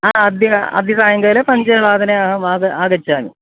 आ अद्य अद्य सायङ्काले पञ्चवादने अहं आग आगच्छामि